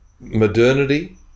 Modernity